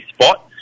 spot